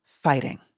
fighting